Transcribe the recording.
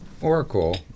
Oracle